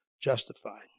justified